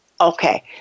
Okay